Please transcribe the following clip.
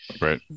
Right